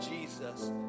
Jesus